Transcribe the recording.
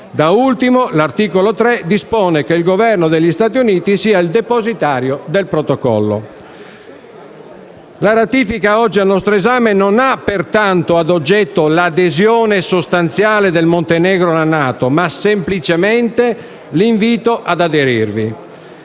Da ultimo, l'articolo 3 dispone che il Governo degli Stati Uniti sia il depositario del Protocollo. La ratifica oggi al nostro esame ha pertanto a oggetto non l'adesione sostanziale del Montenegro alla NATO, ma semplicemente l'invito ad aderirvi.